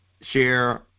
share